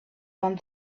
want